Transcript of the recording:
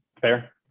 Fair